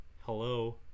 hello